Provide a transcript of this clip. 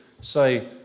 Say